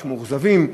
יש מאוכזבים.